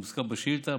המוזכר בשאילתה,